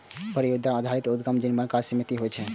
परियोजना आधारित उद्यमक जीवनकाल सीमित होइ छै